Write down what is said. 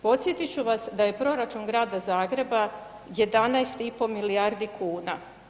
Podsjetit ću vas da je proračun Grada Zagreba 11,5 milijardi kuna.